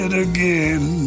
again